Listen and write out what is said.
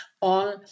on